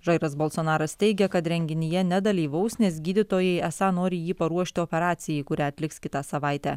žairas balsonaras teigia kad renginyje nedalyvaus nes gydytojai esą nori jį paruošti operacijai kurią atliks kitą savaitę